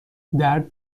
درد